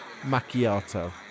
macchiato